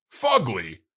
fugly